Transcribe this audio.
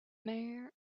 mayor